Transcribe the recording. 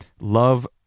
love